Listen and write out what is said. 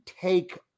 take